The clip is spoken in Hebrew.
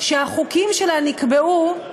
שהחוקים שלה נקבעו,